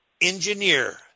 engineer